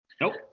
Nope